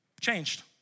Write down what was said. changed